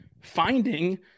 finding